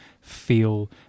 feel